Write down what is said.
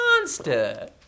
monster